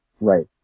Right